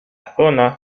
zona